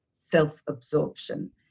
self-absorption